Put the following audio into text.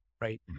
right